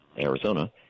Arizona